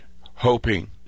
Hoping